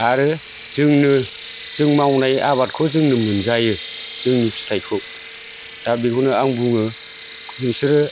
आरो जोंनो जों मावनाय आबादखौ जोंनो मोनजायो जोंनि फिथाइखौ दा बेखौनो आं बुङो नोंसोरो